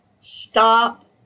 stop